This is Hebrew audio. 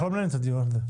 אנחנו לא ננהל את הדיון הזה.